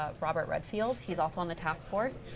ah robert redfield. he's also on the task force.